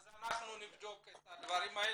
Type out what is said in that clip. אנחנו נבדוק את הדברים האלה.